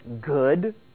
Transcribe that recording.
good